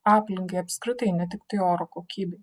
aplinkai apskritai ne tiktai oro kokybei